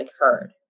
occurred